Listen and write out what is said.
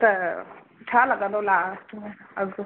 त छा लॻंदो लास्ट में अघु